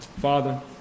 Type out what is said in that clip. Father